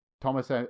thomas